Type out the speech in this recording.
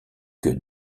que